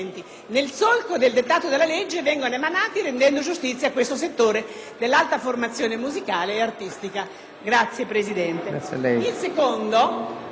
nel solco del dettato della legge, vengano emanati, rendendo giustizia a questo settore dell'alta formazione musicale e artistica. Anche l'ordine